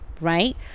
Right